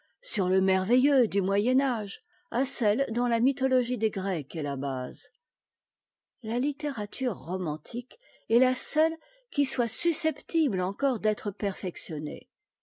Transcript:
sur le merveilleux du moyen âge à celle dont la mythologie des grecs est la base la littérature romantique est la seule qui soit susceptible encore d'être perfectionnée